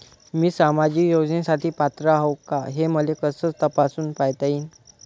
मी सामाजिक योजनेसाठी पात्र आहो का, हे मले कस तपासून पायता येईन?